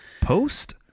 Post